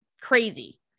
Crazy